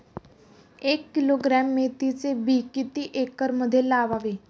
एक किलोग्रॅम मेथीचे बी किती एकरमध्ये लावावे?